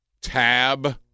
tab